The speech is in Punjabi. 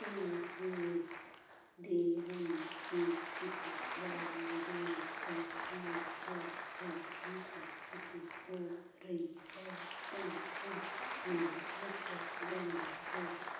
ਇਹ ਵੇਖਦੇ ਹਨ ਕਿ ਕਿਤੇ ਬਾਲ ਮਜ਼ਦੂਰੀ ਤਾਂ ਨਹੀਂ ਹੋ ਰਹੀ ਜੇਕਰ ਕਿਤੇ ਹੋ ਰਹੀ ਹੈ ਤਾਂ ਉਸ ਨੂੰ ਰੋਕਿਆ ਜਾਂਦਾ ਹੈ